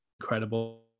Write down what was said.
incredible